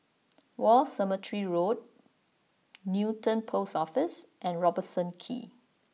War Cemetery Road Newton Post Office and Robertson Quay